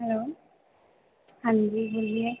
hello हाँ जी बोलिए